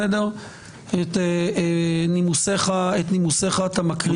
את נימוסיך אתה מקרין.